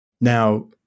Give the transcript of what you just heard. Now